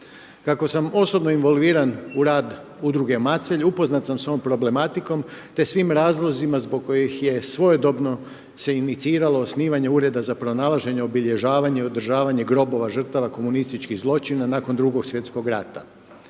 Kako sam osobno involviran u rad udruge Macelj, upoznat sam s ovom problematikom, te svim razlozima zbog koji je svojedobno se iniciralo osnivanja ureda za pronalaženje obilježavanje i održavanja grobova žrtava komunističkog zločina nakon 2.sv.rata.